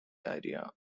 area